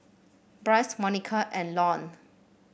Brice Monika and Lon